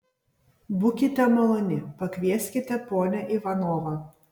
būkite maloni pakvieskite ponią ivanovą